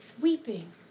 weeping